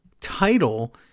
title